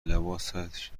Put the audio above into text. لباسش